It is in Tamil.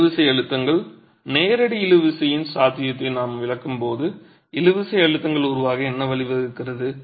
இழுவிசை அழுத்தங்கள் நேரடி இழுவிசையின் சாத்தியத்தை நாம் விலக்கும்போது இழுவிசை அழுத்தங்கள் உருவாக என்ன வழிவகுக்கிறது